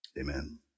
Amen